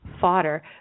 fodder